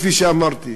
כפי שאמרתי,